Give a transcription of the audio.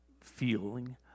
feeling